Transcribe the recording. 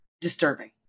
disturbing